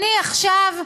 עכשיו,